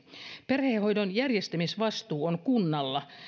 perhehoidon järjestämisvastuu on kunnalla